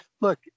Look